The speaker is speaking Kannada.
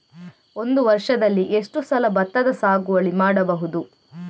ಒಂದು ವರ್ಷದಲ್ಲಿ ಎಷ್ಟು ಸಲ ಭತ್ತದ ಸಾಗುವಳಿ ಮಾಡಬಹುದು?